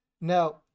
Now